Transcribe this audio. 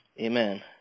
amen